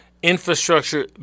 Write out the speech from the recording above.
infrastructure